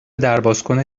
دربازکن